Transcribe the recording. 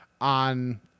on